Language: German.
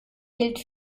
gilt